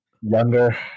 younger